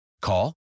Call